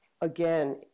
again